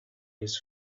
his